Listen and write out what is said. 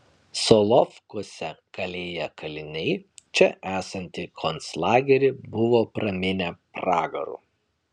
solovkuose kalėję kaliniai čia esantį konclagerį buvo praminę pragaru